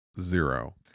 zero